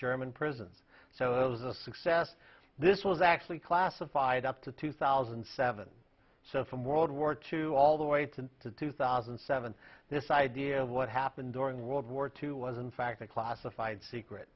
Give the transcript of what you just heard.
german prisons so it was a success this was actually classified up to two thousand and seven so from world war two all the way to two thousand and seven this idea of what happened during world war two was in fact a classified secret